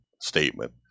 statement